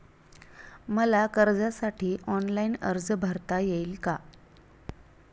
मला कर्जासाठी ऑनलाइन अर्ज भरता येईल का?